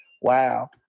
wow